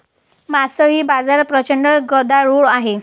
मासळी बाजारात प्रचंड गदारोळ आहे